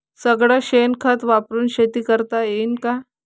सगळं शेन खत वापरुन शेती करता येईन का?